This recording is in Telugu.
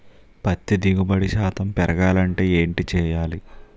పత్తి దిగుబడి శాతం పెరగాలంటే ఏంటి చేయాలి?